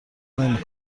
نمی